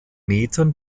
metern